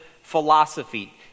philosophy